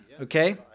okay